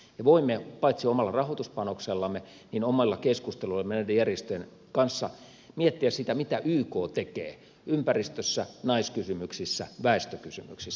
me voimme paitsi omalla rahoituspanoksellamme myös omilla keskusteluillamme näiden järjestöjen kanssa miettiä sitä mitä yk tekee ympäristössä naiskysymyksissä väestökysymyksissä